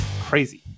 crazy